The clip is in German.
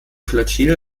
flottille